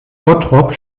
bottrop